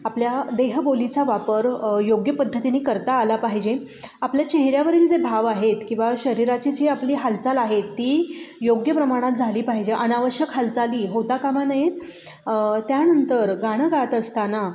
आपल्या देहबोलीचा वापर योग्य पद्धतीने करता आला पाहिजे आपल्या चेहऱ्यावरील जे भाव आहेत किंवा शरीराची जी आपली हालचाल आहे ती योग्य प्रमाणात झाली पाहिजे अनावश्यक हालचाली होता कामा नयेत त्यानंतर गाणं गात असताना